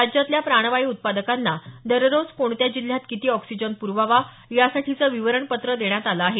राज्यातल्या प्राणवायू उत्पादकांना दररोज कोणत्या जिल्ह्यात किती ऑक्सिजन प्रवावा यासाठीचं विवरणपत्र देण्यात आलं आहे